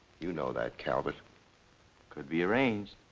you know that, calvert. it could be arranged.